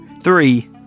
Three